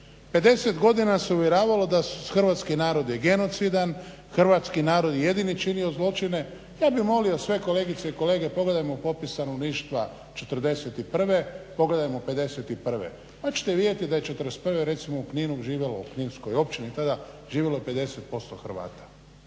50 godina se uvjeravalo da hrvatski narod je genocidan, hrvatski narod je jedini činio zločine. Ja bih molio sve kolegice i kolege pogledajmo popis stanovništva '41. i pogledajmo '51. pa ćete vidjeti da je '41. recimo u Kninu živjelo, u Kninskoj općini tada živjelo je 50% Hrvata.